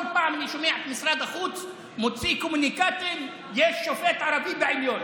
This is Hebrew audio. כל פעם אני שומע את משרד החוץ מוציא קומוניקטים: יש שופט ערבי בעליון.